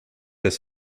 des